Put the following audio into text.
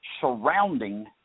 surrounding